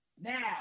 Now